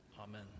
Amen